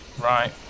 Right